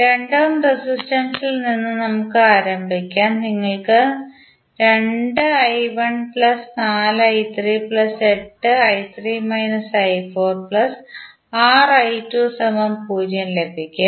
2 ohm റെസിസ്റ്റൻസിൽ നിന്ന് നമുക്ക് ആരംഭിക്കാം നിങ്ങൾക്ക് ലഭിക്കും